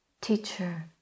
teacher